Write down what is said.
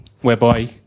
whereby